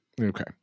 okay